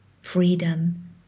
freedom